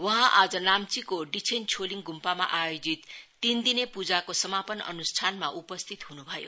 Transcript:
वहाँ आज नाम्चीको डिछेन छोलिङ गुम्पामा आयोजित तीन दिने पूजाको समापन अन्ष्ठानमा उपस्थित हनुभयो